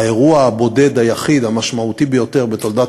האירוע הבודד היחיד המשמעותי ביותר בתולדות